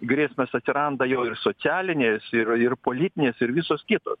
grėsmės atsiranda jau ir socialinės ir ir politinės ir visos kitos